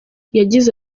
yagize